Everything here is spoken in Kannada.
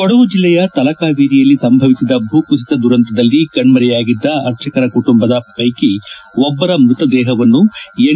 ಕೊಡಗು ಜಿಲ್ಲೆಯ ತಲಕಾವೇರಿಯಲ್ಲಿ ಸಂಭವಿಸಿದ ಭೂಕುಸಿತ ದುರಂತದಲ್ಲಿ ಕಣ್ಮರೆಯಾಗಿದ್ದ ಅರ್ಚಕರ ಕುಟುಂಬದ ಪೈಕಿ ಒಬ್ಬರ ಮೃತದೇಹವನ್ನು ಎನ್